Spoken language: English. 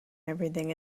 everything